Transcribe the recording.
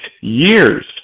years